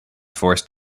forced